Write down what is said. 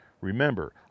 Remember